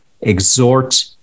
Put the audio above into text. exhort